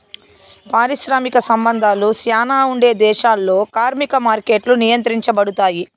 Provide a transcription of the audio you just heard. పారిశ్రామిక సంబంధాలు శ్యానా ఉండే దేశాల్లో కార్మిక మార్కెట్లు నియంత్రించబడుతాయి